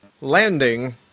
landing